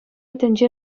тӗнче